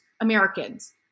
Americans